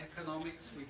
economics